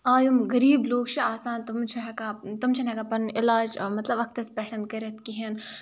آ یِم غریٖب لُکھ چھِ آسان تِمَن چھِ ہیٚکان تِم چھِنہٕ ہیٚکان پَنُن علاج مطلب وَقتَس پٮ۪ٹھَن کٔرِتھ کِہیٖنۍ